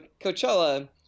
Coachella